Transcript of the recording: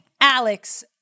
Alex